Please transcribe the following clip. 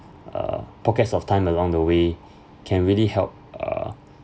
uh pockets of time along the way can really help uh